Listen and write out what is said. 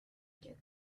get